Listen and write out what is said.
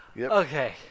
Okay